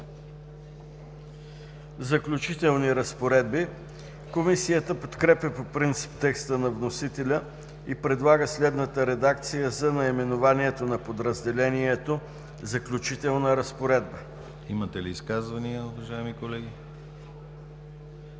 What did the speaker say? „Заключителни разпоредби“. Комисията подкрепя по принцип текста на вносителя и предлага следната редакция за наименованието на подразделението „Заключителна разпоредба“: ПРЕДСЕДАТЕЛ ДИМИТЪР ГЛАВЧЕВ: Имате ли изказвания, уважаеми колеги?